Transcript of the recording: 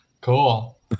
Cool